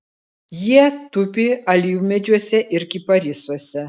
jie tupi alyvmedžiuose ir kiparisuose